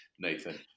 Nathan